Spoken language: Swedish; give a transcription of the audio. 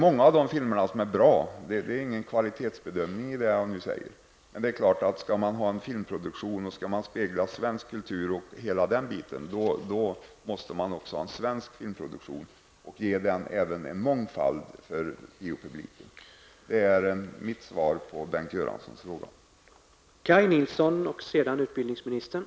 Jag gör ingen kvalitetsbedömning -- många av de amerikanska filmerna är bra -- men om man skall spegla svensk kultur, måste man också ha en svensk filmproduktion för att kunna erbjuda biopubliken en mångfald. Det är mitt svar på Bengt Göranssons fråga.